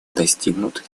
достигнут